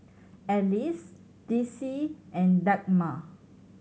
Alice Dicy and Dagmar